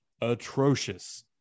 atrocious